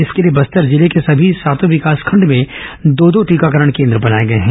इसके लिए बस्तर जिले के सभी सातों विकासखंड में दो दो टीकाकरण केंद्र बनाए गए हैं